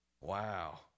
Wow